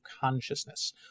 consciousness